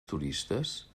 turistes